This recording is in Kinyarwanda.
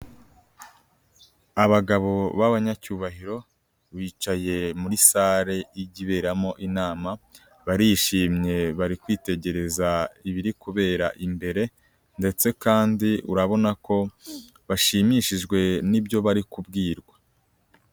Abagabo b'abanyacyubahiro, bicaye muri sale ijya iberamo inama, barishimye bari kwitegereza ibiri kubera imbere ndetse kandi urabona ko bashimishijwe nibyo bari kubwirwa.